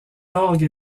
orgue